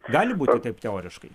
gali būti taip teoriškai